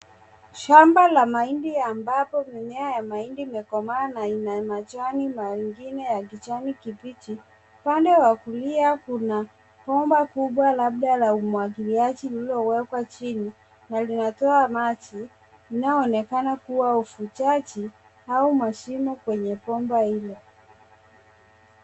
Shamba la mahindi ambapo mimea ya mahindi imekomaa na ina majani mengine ya kijani kibichi, upande wa kulia kuna bomba kubwa labda la umwagiliaji lililowekwa chini na linatoa maji, linayoonekana kuwa ufujaji au mashimo kwenye bomba ile.